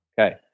Okay